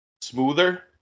smoother